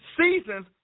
Seasons